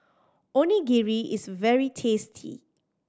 onigiri is very tasty